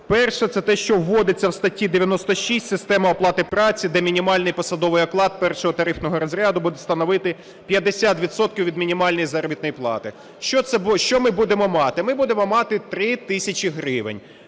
Перше – це те, що вводиться в статті 96 система оплати праці, де мінімальний посадовий оклад 1 тарифного розряду буде становити 50 відсотків від мінімальної заробітної плати. Що ми будемо мати? Ми будемо мати 3 тисячі гривень.